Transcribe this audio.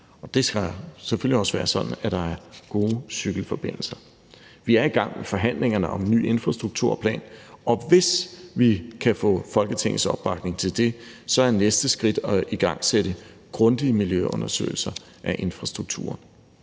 det skal selvfølgelig også være sådan, at der er gode cykelforbindelser. Vi er i gang med forhandlingerne om en ny infrastrukturplan, og hvis vi kan få Folketingets opbakning til det, er næste skridt at igangsætte grundige miljøundersøgelser af infrastruktur.